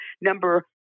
Number